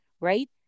right